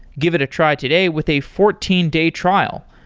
give it a try today with a fourteen day trial.